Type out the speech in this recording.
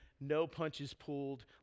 no-punches-pulled